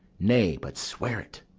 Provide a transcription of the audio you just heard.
nay, but swear't.